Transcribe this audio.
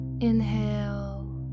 Inhale